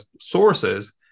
sources